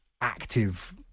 active